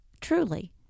Truly